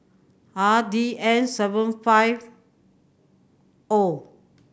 R D N seven five O